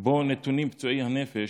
שבו נתונים פצועי הנפש,